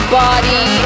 body